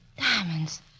Diamonds